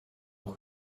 auch